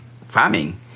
farming